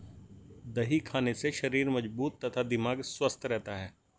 दही खाने से शरीर मजबूत तथा दिमाग स्वस्थ रहता है